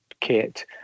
kit